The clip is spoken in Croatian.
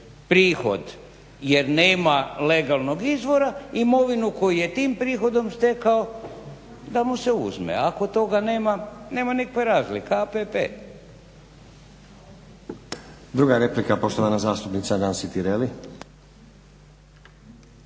prihod jer nema legalnog izvora imovinu koju je tim prihodom stekao da mu se uzme. Ako toga nema, nema nikakve razlike – APP. **Stazić, Nenad (SDP)** Druga replika, poštovana zastupnica Nansi Tireli.